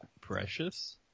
Precious